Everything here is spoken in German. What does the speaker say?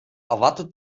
erwartet